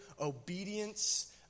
obedience